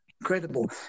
Incredible